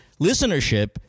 listenership